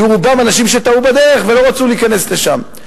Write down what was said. היו ברובם אנשים שתעו בדרך ולא רצו להיכנס לשם.